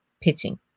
pitching